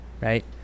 right